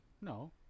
No